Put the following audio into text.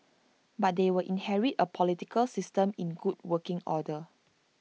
but they will inherit A political system in good working order